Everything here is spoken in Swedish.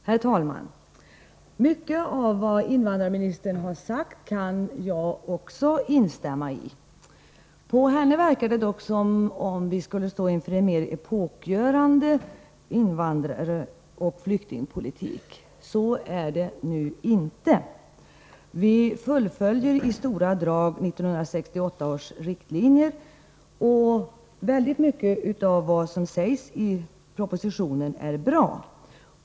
Herr talman! Mycket av det som invandrarministern sagt kan jag instämma i. På henne verkar det som att vi skulle stå inför en mera epokgörande invandraroch flyktingpolitik. Så är det emellertid inte. Vi fullföljer i stora drag 1968 års riktlinjer. Väldigt mycket av det som sägs i propositionen är bra.